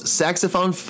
saxophone